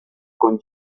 con